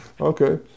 Okay